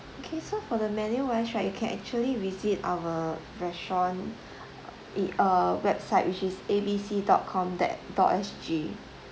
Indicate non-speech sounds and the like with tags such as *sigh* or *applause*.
okay for the menu wise right you can actually visit our restaurant *breath* it uh website which is A B C dot com dot dot S G